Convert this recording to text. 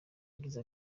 yagize